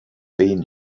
been